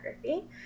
photography